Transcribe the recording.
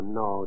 no